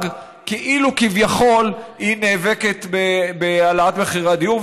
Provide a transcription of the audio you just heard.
כאילו כביכול היא נאבקת בהעלאת מחירי הדיור,